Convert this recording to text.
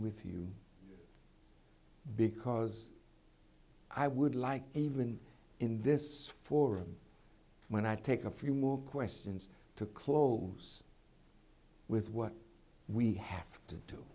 with you because i would like even in this forum when i take a few more questions to close with what we have t